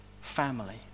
family